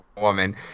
woman